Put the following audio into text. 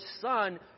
son